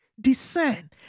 discern